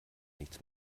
nichts